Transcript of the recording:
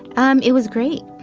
um it was great.